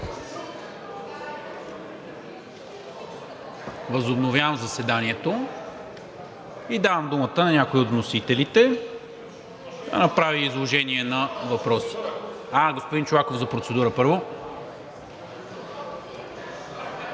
Възобновявам заседанието и давам думата на някой от вносителите да направи изложение на въпросите. Господин Чолаков е за процедура, първо.